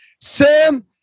Sam